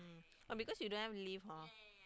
oh because you don't have leave hor